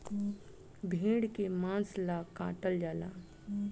भेड़ के मांस ला काटल जाला